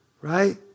right